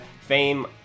fame